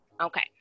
Okay